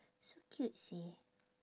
so cute seh